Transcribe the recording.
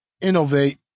innovate